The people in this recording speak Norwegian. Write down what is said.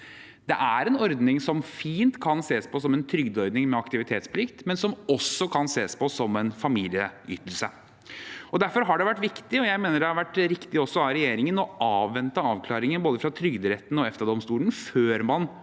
Det er en ordning som fint kan ses på som en trygdeordning med aktivitetsplikt, men som også kan ses på som en familieytelse. Derfor var det viktig og også riktig, mener jeg, av regjeringen å avvente avklaringen fra både Trygderetten og EFTA-domstolen før man